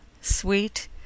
Sweet